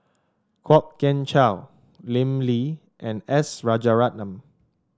Kwok Kian Chow Lim Lee and S Rajaratnam